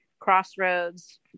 Crossroads